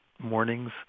mornings